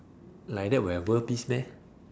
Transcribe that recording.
like that will have world peace meh